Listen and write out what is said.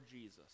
Jesus